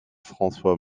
françois